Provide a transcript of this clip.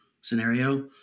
scenario